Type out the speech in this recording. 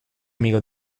amigo